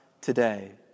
today